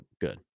good